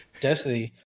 Destiny